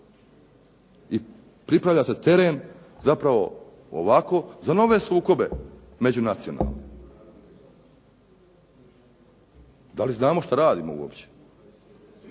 i pripravlja se teren zapravo ovako za nove sukobe među nacijama. Da li znamo šta radimo uopće?